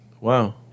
Wow